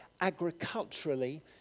agriculturally